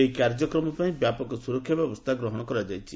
ଏହି କାର୍ଯ୍ୟକ୍ରମ ପାଇଁ ବ୍ୟାପକ ସ୍କରକ୍ଷା ବ୍ୟବସ୍ଥା କରାଯାଇଛି